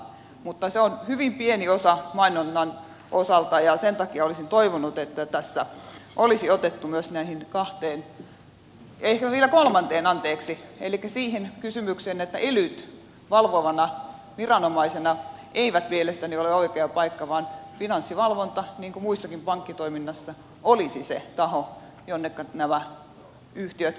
mutta se on hyvin pieni osa mainonnan osalta ja sen takia olisin toivonut että tässä olisi otettu myös kantaa näihin kahteen ehkä vielä kolmanteen kysymykseen anteeksi elikkä siihen että elyt valvovina viranomaisina eivät mielestäni ole oikea paikka vaan finanssivalvonta niin kuin muussakin pankkitoiminnassa olisi se taho jonneka nämä yhtiöt kuuluisivat